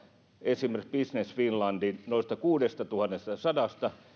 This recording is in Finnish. esimerkiksi business finlandin noista kuudestatuhannestasadasta